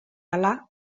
ahala